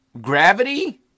gravity